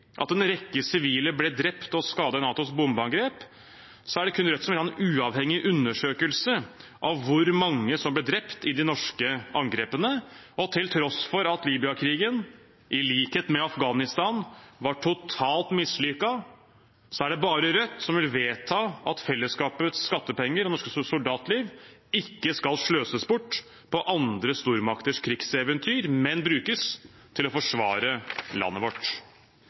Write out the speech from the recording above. at en rekke sivile ble drept og skadet i NATOs bombeangrep, er det kun Rødt som vil ha en uavhengig undersøkelse av hvor mange som ble drept i de norske angrepene. Og til tross for at Libya-krigen, i likhet med Afghanistan-krigen, var totalt mislykket, er det bare Rødt som vil vedta at fellesskapets skattepenger og norske soldatliv ikke skal sløses bort på andre stormakters krigseventyr, men brukes til å forsvare landet vårt.